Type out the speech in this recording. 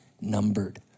numbered